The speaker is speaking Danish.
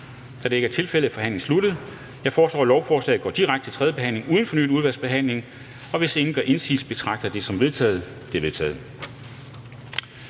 Da det ikke er tilfældet, er forhandlingen sluttet. Jeg foreslår, at lovforslaget går direkte til tredje behandling uden fornyet udvalgsbehandling. Og hvis ingen gør indsigelse, betragter jeg det som vedtaget. Det er vedtaget.